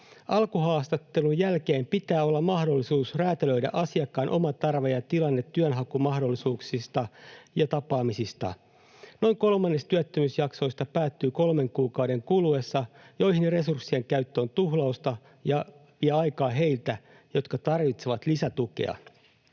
Alkuhaastattelun jälkeen pitää olla mahdollisuus räätälöidä asiakkaan oma tarve ja tilanne työnhakumahdollisuuksista ja tapaamisista. Noin kolmannes työttömyysjaksoista päättyy kolmen kuukauden kuluessa, ja resurssien käyttö näihin on tuhlausta ja vie aikaa heiltä, jotka tarvitsevat lisätukea.